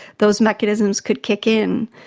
those mechanisms could kick in.